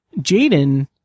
Jaden